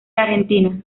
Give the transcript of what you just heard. argentina